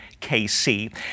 KC